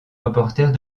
reporters